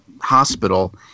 hospital